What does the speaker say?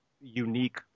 unique